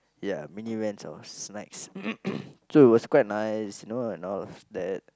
ya mini van of snacks so it was quite nice you know and all of that